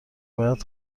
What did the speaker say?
باید